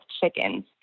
chickens